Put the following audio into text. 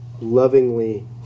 lovingly